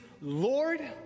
Lord